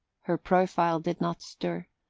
her profile did not stir,